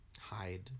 Hide